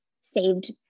saved